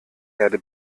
erde